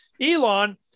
Elon